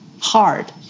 hard